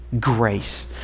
grace